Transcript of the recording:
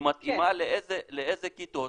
היא מתאימה לאיזה כיתות?